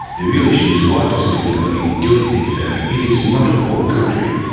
the real issue is why doesn't anybody do anything about it. it is not a poor country.